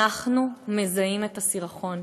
אנחנו מזהים את הסירחון,